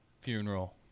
funeral